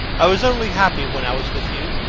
i was only happy when i was with you.